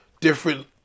different